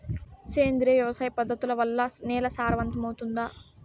సేంద్రియ వ్యవసాయ పద్ధతుల వల్ల, నేల సారవంతమౌతుందా?